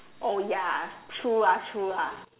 oh ya true lah true lah